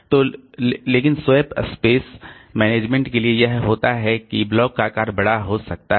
तो लेकिन swap space management के लिए यह होता है कि ब्लॉक का आकार बड़ा हो सकता है